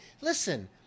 Listen